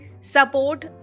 support